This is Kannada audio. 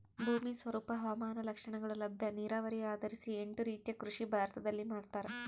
ಭೂಮಿ ಸ್ವರೂಪ ಹವಾಮಾನ ಲಕ್ಷಣಗಳು ಲಭ್ಯ ನೀರಾವರಿ ಆಧರಿಸಿ ಎಂಟು ರೀತಿಯ ಕೃಷಿ ಭಾರತದಲ್ಲಿ ಮಾಡ್ತಾರ